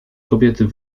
kobiety